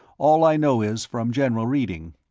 all i know is from general reading.